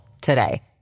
today